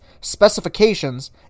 specifications